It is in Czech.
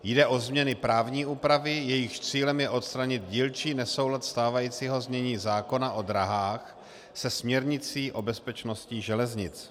Jde o změny právní úpravy, jejichž cílem je odstranit dílčí nesoulad stávajícího znění zákona o dráhách se směrnicí o bezpečnosti železnic.